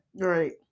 Right